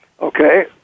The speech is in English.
okay